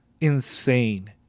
insane